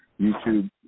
YouTube